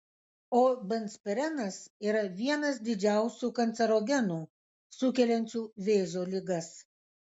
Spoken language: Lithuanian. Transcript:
o benzpirenas yra vienas didžiausių kancerogenų sukeliančių vėžio ligas